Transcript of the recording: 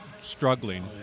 struggling